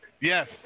Yes